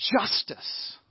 justice